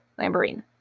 Lamborghini